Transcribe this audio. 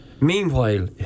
Meanwhile